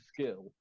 skill